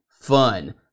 fun